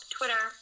Twitter